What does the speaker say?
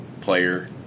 player